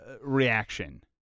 reaction